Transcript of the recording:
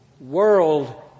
world